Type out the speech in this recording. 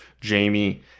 Jamie